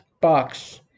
box